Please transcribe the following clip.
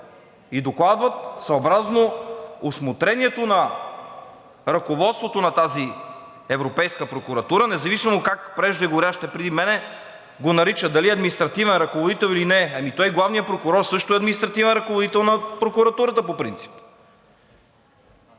и докладват съобразно усмотрението на ръководството на тази Европейска прокуратура, независимо как преждеговорившите преди мен го наричат – дали административен ръководител или не. Ами той главният прокурор също е административен ръководител на прокуратурата по принцип.